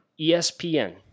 ESPN